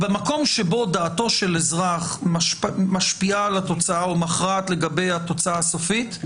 במקום שבו דעתו של אזרח משפיעה על התוצאה או מכרעת לגבי התוצאה הסופית,